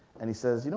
and he says, you know